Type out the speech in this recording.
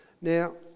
Now